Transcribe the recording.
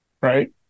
right